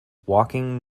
walking